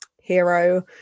hero